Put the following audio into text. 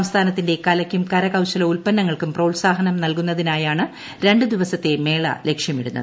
സംസ്ഥാന ത്തിന്റെ കലയ്ക്കും കരകൌശല ഉല്പന്നങ്ങൾക്കും പ്രോത്സാഹനം നൽകുന്നതിനായാണ് രണ്ട് ദിവസത്തെ മേള ലക്ഷ്യമിടുന്നത്